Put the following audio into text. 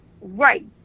Right